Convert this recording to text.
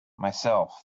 myself